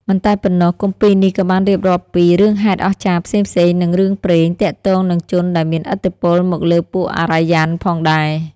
មិនតែប៉ុណ្ណោះ គម្ពីរនេះក៏បានរៀបរាប់ពី រឿងហេតុអស្ចារ្យ ផ្សេងៗ និង រឿងព្រេង ទាក់ទងនឹងជនដែលមានឥទ្ធិពលមកលើពួកអារ្យ័នផងដែរ។